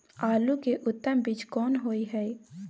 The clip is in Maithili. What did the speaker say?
आलू के उत्तम बीज कोन होय है?